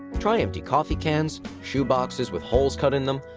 try empty coffee cans, shoeboxes with holes cut in them,